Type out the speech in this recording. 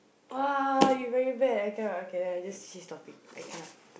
!wah! you very bad I cannot I cannot I just s~ stop it I cannot